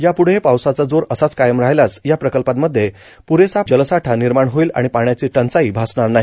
यापुढंही पावसाचा जोर असाच कायम राहिल्यास या प्रकल्पांमध्ये पुरेसा जलसाठा निर्माण होईल आणि पाण्याची टंचाई भासणार नाही